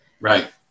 Right